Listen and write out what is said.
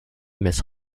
miss